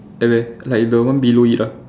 like the one below it ah